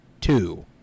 Two